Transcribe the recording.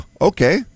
Okay